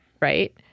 right